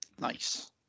Nice